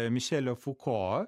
mišelio fuko